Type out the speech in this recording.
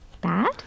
bad